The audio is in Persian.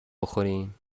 بخوریم